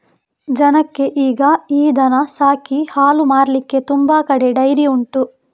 ಜನಕ್ಕೆ ಈಗ ಈ ದನ ಸಾಕಿ ಹಾಲು ಮಾರ್ಲಿಕ್ಕೆ ತುಂಬಾ ಕಡೆ ಡೈರಿ ಉಂಟು